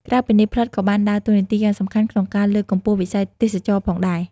ក្រៅពីនេះ ផ្លិតក៏បានដើរតួនាទីយ៉ាងសំខាន់ក្នុងការ លើកកម្ពស់វិស័យទេសចរណ៍ផងដែរ។